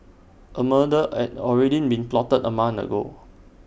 A murder had already been plotted A month ago